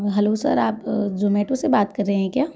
hello sir आप अ Zomato से बात कर रहे हैं क्या